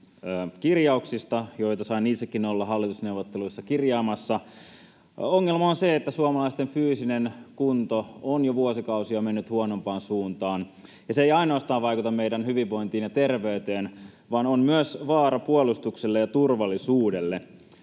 ‑kirjauksista, joita sain itsekin olla hallitusneuvotteluissa kirjaamassa. Ongelma on se, että suomalaisten fyysinen kunto on jo vuosikausia mennyt huonompaan suuntaan, ja se ei ainoastaan vaikuta meidän hyvinvointiin ja terveyteen vaan on myös vaara puolustukselle ja turvallisuudelle.